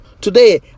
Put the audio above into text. today